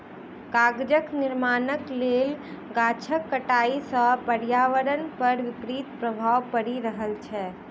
कागजक निर्माणक लेल गाछक कटाइ सॅ पर्यावरण पर विपरीत प्रभाव पड़ि रहल छै